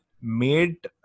made